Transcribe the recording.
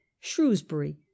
shrewsbury